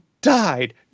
died